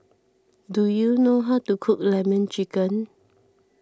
do you know how to cook Lemon Chicken